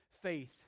faith